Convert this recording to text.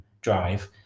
drive